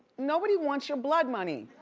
nobody wants your blood money.